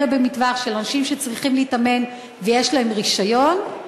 במטווח של אנשים שצריכים להתאמן ויש להם רישיון,